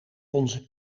onze